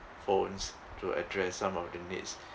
phones to address some of the needs